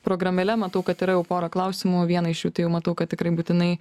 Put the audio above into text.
programėle matau kad yra jau pora klausimų vieną iš jų tai jau matau kad tikrai būtinai